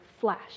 flash